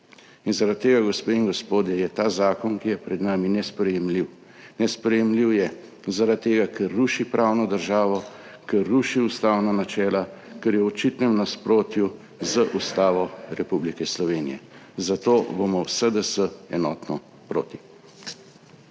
Zaradi tega, gospe in gospodje, je ta zakon, ki je pred nami, nesprejemljiv. Nesprejemljiv je zaradi tega, ker ruši pravno državo, ker ruši ustavna načela, kar je v očitnem nasprotju z Ustavo Republike Slovenije. Zato bomo v SDS enotno proti.